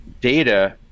data